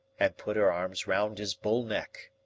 and put her arms round his bull neck.